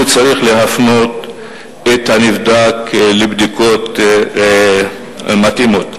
הוא צריך להפנות את הנבדק לבדיקות מתאימות.